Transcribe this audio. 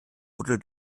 wurde